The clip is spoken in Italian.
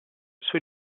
sui